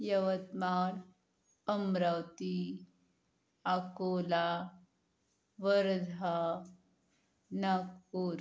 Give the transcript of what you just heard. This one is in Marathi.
यवतमाळ अमरावती अकोला वर्धा नागपूर